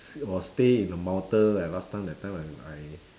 or stay in the mountain like last time that time when I